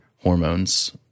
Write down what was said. hormones